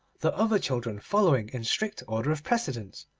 the other children following in strict order of precedence,